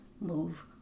move